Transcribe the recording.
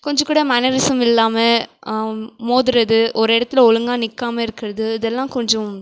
கொஞ்சம்கூட மேனரிசம் இல்லாமல் மோதுகிறது ஒரு இடத்துல ஒழுங்காக நிற்காம இருக்கிறது இதெல்லாம் கொஞ்சம்